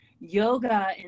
Yoga